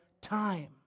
time